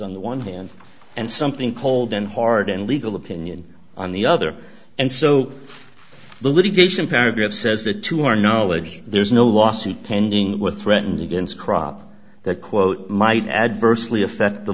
on the one hand and something cold and hard and legal opinion on the other and so the litigation paragraph says that to our knowledge there's no lawsuit pending were threatened against crop that quote might adversely affect the